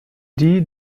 die